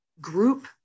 group